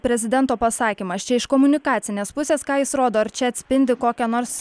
prezidento pasakymas čia iš komunikacinės pusės ką jis rodo ar čia atspindi kokią nors